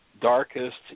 darkest